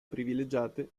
privilegiate